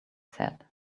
said